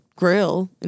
grill